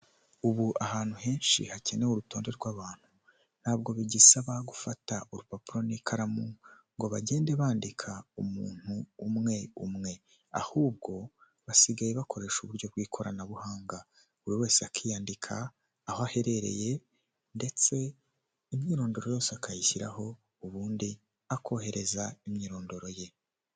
Icyumba cyagenewe gukorerwamo inama, giteguyemo intebe ndetse n'ameza akorerwaho inama, cyahuriwemo n'abantu benshi baturuka mu bihugu bitandukanye biganjemo abanyafurika ndetse n'abazungu, aho bari kuganira ku bintu bitandukanye byabahurije muri iyi nama barimo.